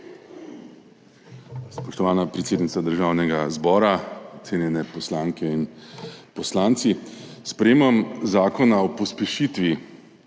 Spoštovana predsednica Državnega zbora, cenjeni poslanke in poslanci! S sprejetjem Zakona o pospešitvi